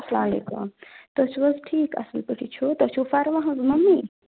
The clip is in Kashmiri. اَسَلامُ علیکُم تُہۍ چھِو حظ ٹھیٖک اَصٕل پٲٹھی چھُو تۄہہِ چھُو فروا ہنٛز ممی